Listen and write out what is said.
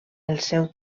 seu